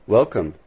Welcome